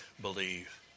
believe